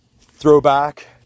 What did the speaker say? throwback